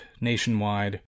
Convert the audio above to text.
nationwide